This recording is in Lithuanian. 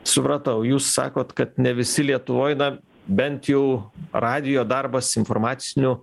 supratau jūs sakot kad ne visi lietuvoj na bent jau radijo darbas informacinių